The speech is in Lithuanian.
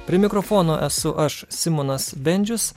prie mikrofono esu aš simonas bendžius